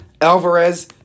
Alvarez